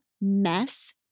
Mess